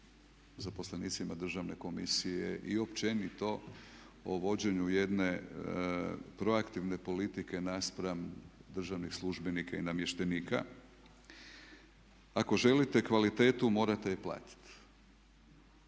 zaposlenicima Državne komisije i općenito o vođenju jedne proaktivne politike naspram državnih službenika i namještenika. Ako želite kvalitetu morate je platiti.